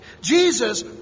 Jesus